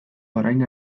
orain